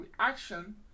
reaction